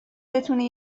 بتونی